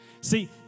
See